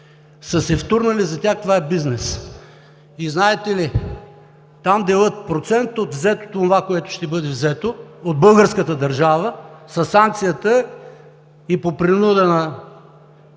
са се втурнали, за тях това е бизнес. Знаете ли, там делят процент от взетото – онова, което ще бъде взето от българската държава със санкцията и по принуда на